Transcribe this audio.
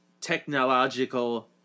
technological